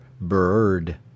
Bird